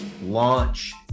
launch